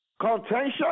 Contention